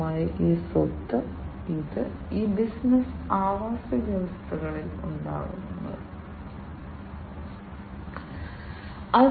നിങ്ങൾ ഒരു സ്മാർട്ട് പാൽ പാക്കേജിംഗ് യൂണിറ്റിനെക്കുറിച്ചാണ് സംസാരിക്കുന്നതെന്ന് നമുക്ക് പറയാം